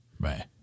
right